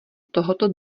tohoto